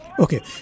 Okay